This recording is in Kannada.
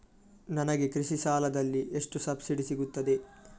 ನನಗೆ ಕೃಷಿ ಸಾಲದಲ್ಲಿ ಎಷ್ಟು ಸಬ್ಸಿಡಿ ಸೀಗುತ್ತದೆ?